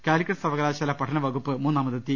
കാലിക്കറ്റ് സർവകലാശാല പഠന വകുപ്പും മൂന്നാ മതെത്തി